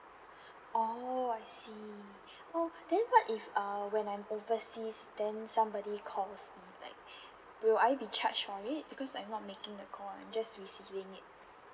orh I see who then what if uh when I'm overseas then somebody call us like will I be charged for it because I'm not making the call I'm just receiving it